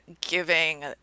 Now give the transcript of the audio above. giving